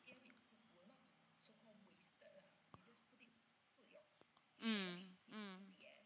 mm mm